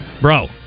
Bro